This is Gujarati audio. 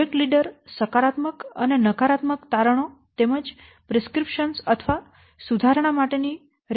પ્રોજેક્ટ લીડર સકારાત્મક અને નકારાત્મક તારણો તેમજ પ્રિસ્ક્રિપ્શનો અથવા સુધારણા માટે ની ભલામણો નો સારાંશ આપશે